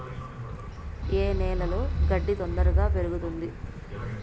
ఏ నేలలో గడ్డి తొందరగా పెరుగుతుంది